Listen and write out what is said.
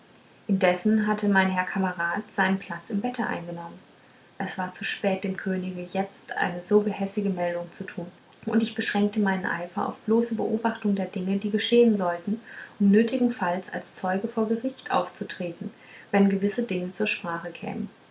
indessen hatte mein herr kamerad seinen platz im bette eingenommen es war zu spät dem könige jetzt eine so gehässige meldung zu tun und ich beschränkte meinen eifer auf bloße beobachtung der dinge die geschehen sollten um nötigenfalls als zeuge vor gericht aufzutreten wenn gewisse dinge zur sprache kämen